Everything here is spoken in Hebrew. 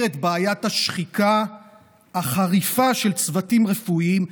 את בעיית השחיקה החריפה של צוותים רפואיים,